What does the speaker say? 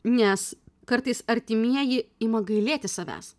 nes kartais artimieji ima gailėti savęs